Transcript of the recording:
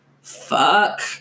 Fuck